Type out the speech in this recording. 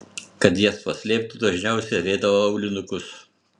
kad jas paslėptų dažniausiai avėdavo aulinukus